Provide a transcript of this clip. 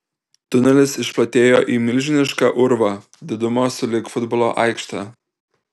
tunelis išplatėjo į milžinišką urvą didumo sulig futbolo aikšte